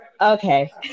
Okay